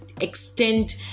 extend